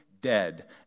dead